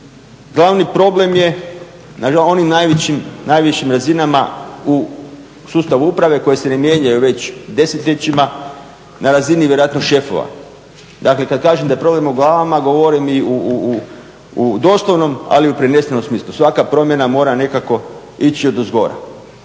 Glavni problem je na onim najvećim razinama, najvišim razinama u sustavu uprave koje se ne mijenjaju već desetljećima na razini vjerojatno šefova. Dakle, kad kažem da je problem u glavama, govorim i u doslovnom ali i u prenesenom smislu. Svaka promjena mora nekako ići odozgora.